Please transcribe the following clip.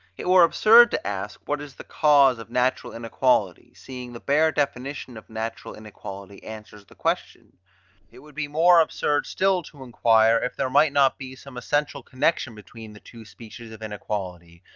it were absurd to ask, what is the cause of natural inequality, seeing the bare definition of natural inequality answers the question it would be more absurd still to enquire, if there might not be some essential connection between the two species of inequality,